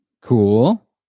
Cool